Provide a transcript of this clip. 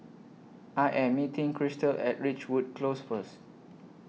I Am meeting Christal At Ridgewood Close First